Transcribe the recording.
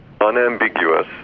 unambiguous